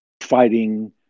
fighting